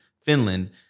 Finland